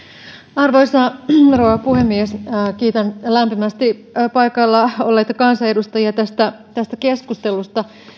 arvoisa rouva puhemies kiitän lämpimästi paikalla olleita kansanedustajia tästä tästä keskustelusta